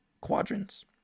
quadrants